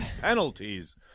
penalties